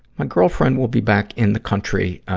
my girlfriend will be back in the country, ah,